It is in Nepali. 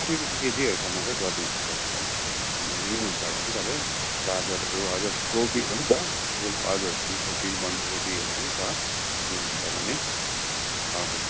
साठी रुपियाँ केजीहरूसम्म चाहिँ गरिदिन्छु तपाईँलाई भन्नै हुन्छ भने तपाईँ गाजरहरू हजुर कोपीहरू पनि छ फुल हजुर फुलकोपी बन्द कोपीहरू पनि छ लिनुहुन्छ भने हजुर